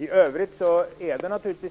I övrigt är det